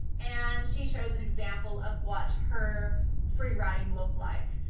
and she shows an example of what her freewriting looks like.